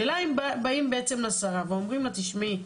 השאלה אם באים בעצם לשרה ואומרים לה, תשמעי,